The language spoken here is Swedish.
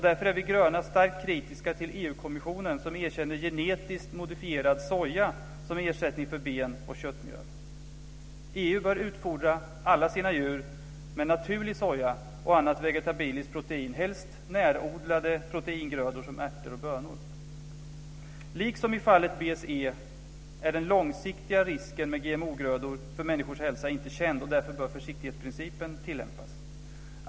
Därför är vi gröna starkt kritiska till EU kommissionen, som erkänner genetiskt modifierad soja som ersättning för ben och köttmjöl. EU bör utfodra alla sina djur med naturlig soja och annat vegetabiliskt protein, helst närodlade proteingrödor som ärter och bönor. Liksom i fallet med BSE är den långsiktiga risken med GMO-grödor för människors hälsa inte känd. Därför bör försiktighetsprincipen tillämpas.